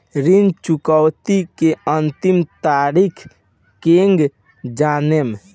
ऋण चुकौती के अंतिम तारीख केगा जानब?